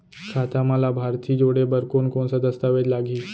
खाता म लाभार्थी जोड़े बर कोन कोन स दस्तावेज लागही?